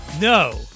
No